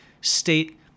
state